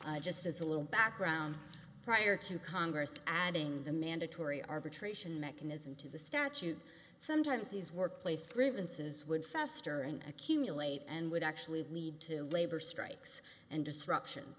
disputes just as a little background prior to congress adding the mandatory arbitration mechanism to the statute sometimes these workplace grievances would fester and accumulate and would actually lead to labor strikes and disruption